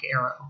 Arrow